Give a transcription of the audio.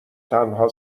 تنها